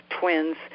twins